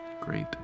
great